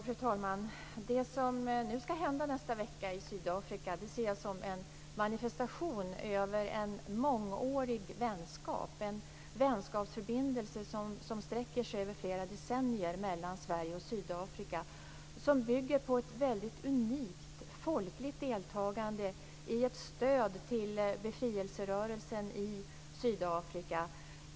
Fru talman! Det som ska hända i Sydafrika nästa vecka ser jag som en manifestation över en mångårig vänskap. Det är en vänskapsförbindelse mellan Sverige och Sydafrika som sträcker sig över flera decennier och som bygger på ett unikt folkligt deltagande i ett stöd till befrielserörelsen i Sydafrika.